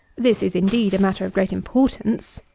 this is, indeed, a matter of great importance,